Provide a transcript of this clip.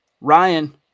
Ryan